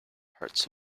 hurts